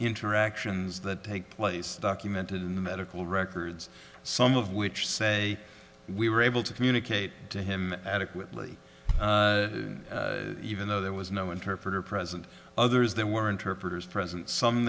interactions that take place documented in the medical records some of which say we were able to communicate to him adequately even though there was no interpreter present others there were interpreters present some